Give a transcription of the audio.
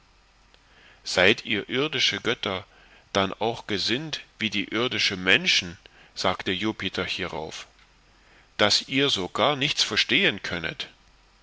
seid ihr irdische götter dann auch gesinnt wie die irdische menschen sagte jupiter hierauf daß ihr so gar nichts verstehen könnet